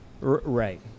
right